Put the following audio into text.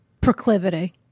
proclivity